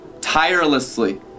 tirelessly